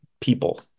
people